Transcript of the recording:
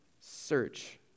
search